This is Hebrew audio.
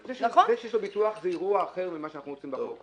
זה שיש לו ביטוח זה אירוע אחר ממה שאנחנו --- בחוק.